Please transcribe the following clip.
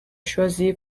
choisi